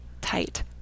tight